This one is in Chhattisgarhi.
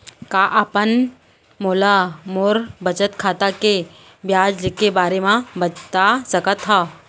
का आप मोला मोर बचत खाता के ब्याज के बारे म बता सकता हव?